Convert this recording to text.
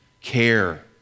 care